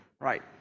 right